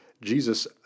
Jesus